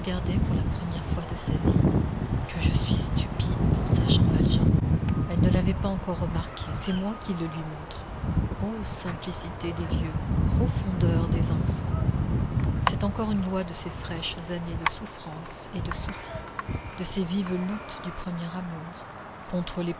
pour la première fois de sa vie que je suis stupide pensa jean valjean elle ne l'avait pas encore remarqué c'est moi qui le lui montre ô simplicité des vieux profondeur des enfants c'est encore une loi de ces fraîches années de souffrance et de souci de ces vives luttes du premier amour contre